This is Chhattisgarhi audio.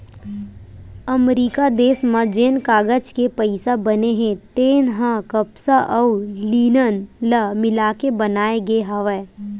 अमरिका देस म जेन कागज के पइसा बने हे तेन ह कपसा अउ लिनन ल मिलाके बनाए गे हवय